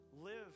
live